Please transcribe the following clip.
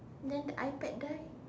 then the iPad there